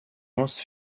most